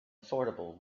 affordable